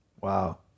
Wow